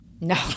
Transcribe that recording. No